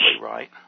right